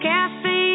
Cafe